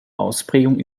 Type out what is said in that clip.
ausprägung